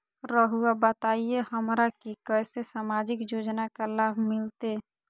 रहुआ बताइए हमरा के कैसे सामाजिक योजना का लाभ मिलते?